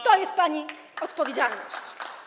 To jest pani odpowiedzialność.